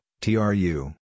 tru